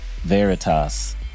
Veritas